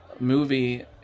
movie